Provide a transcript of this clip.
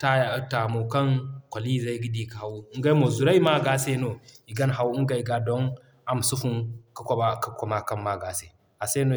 Taya Taamu kaŋ koli zey ga di ka haw nga mo zurey m'a g'a se no i gan haw ngey ga don ama si funu ka ka koma kaŋ m'a g'a a se. A se no.